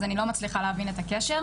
אז אני לא מצליחה להבין את הקשר,